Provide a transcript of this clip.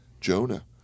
Jonah